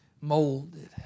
molded